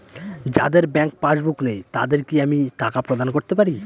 যাদের bank passbook নেই তাদের কি আমি টাকা প্রদান করতে পারি?